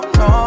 no